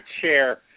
chair